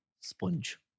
Sponge